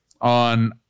on